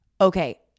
okay